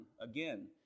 again